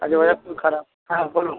আজ ওয়েদার খুব খারাপ হ্যাঁ বলুন